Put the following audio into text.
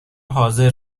حاضر